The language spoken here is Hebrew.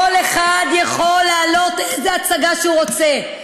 כל אחד יכול להעלות איזו הצגה שהוא רוצה.